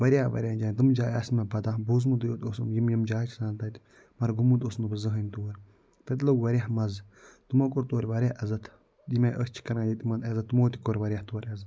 واریاہ واریاہَن جایَن تِم جایہِ آسہٕ مےٚ پتا بوٗزٕمُتُے یوت اوسُم یِم یِم جایہِ چھِ آسان تَتہِ مگر گومُت اوسُس نہٕ بہٕ زٔہٕنۍ تور تَتہِ لوٚگ واریاہ مَزٕ تِمَو کوٚر تورٕ واریاہ عزت ییٚمہِ آیہِ أسۍ چھِ کران ییٚتہِ تِمَن عزت تِمَو تہِ کوٚر واریاہ تورٕ عزت